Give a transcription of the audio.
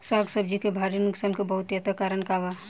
साग सब्जी के भारी नुकसान के बहुतायत कारण का बा?